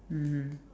mmhmm